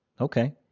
Okay